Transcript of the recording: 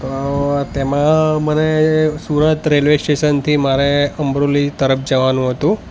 તો તેમાં મને સુરત રેલ્વે સ્ટેશનથી મારે અમરોલી તરફ જવાનું હતું